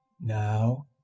Now